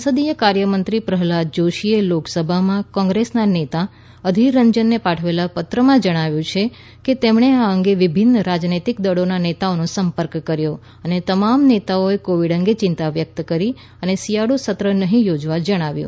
સંસદીય કાર્યમંત્રી પ્રહલાદ જોશીએ લોકસભામાં કોંગ્રેસના નેતા અધીર રંજનને પાઠવેલા પત્રમાં જણાવ્યું છે કે તેમણે આ અંગે વિભિન્ન રાજનીતીક દળોના નેતાઓનો સંપર્ક કર્યો અને તમામ નેતાઓએ કોવિડ અંગે ચિંતા વ્યકત કરી શિયાળુ સત્ર નહી યોજવા જણાવ્યું